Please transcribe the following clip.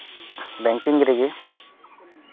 banking ᱨᱮᱜᱮ